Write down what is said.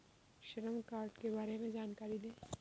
श्रम कार्ड के बारे में जानकारी दें?